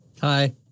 Hi